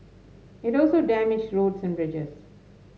it also damaged roads and bridges